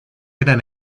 eran